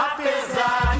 Apesar